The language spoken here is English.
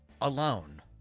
alone